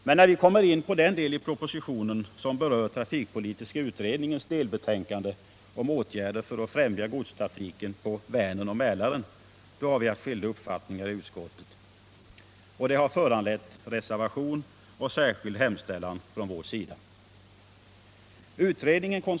Men när vi kommer in på den del i propositionen som berör trafikpolitiska utredningens delbetänkande om åtgärder för att främja godstrafiken på Vänern och Mälaren, har vi haft skilda uppfattningar i utskottet. Det har föranlett reservation och särskild hemställan från vår sida.